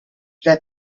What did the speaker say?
their